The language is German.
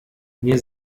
mir